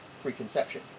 preconception